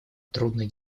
трудное